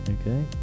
Okay